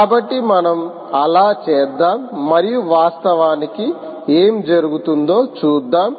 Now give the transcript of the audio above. కాబట్టి మనం అలా చేద్దాం మరియు వాస్తవానికి ఏమి జరుగుతుందో చూద్దాం